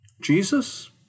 Jesus